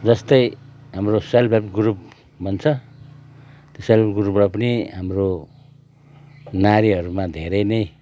जस्तै हाम्रो self help group भन्छ त्यो सेल्फ हेल्प ग्रुपबाट पनि हाम्रो नारीहरूमा धेरै नै